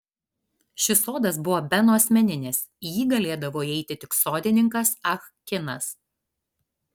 šis sodas buvo beno asmeninis į jį galėdavo įeiti tik sodininkas ah kinas